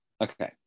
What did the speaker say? Okay